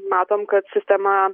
matom kad sistema